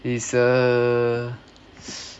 he's a